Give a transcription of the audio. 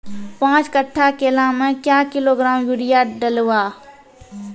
पाँच कट्ठा केला मे क्या किलोग्राम यूरिया डलवा?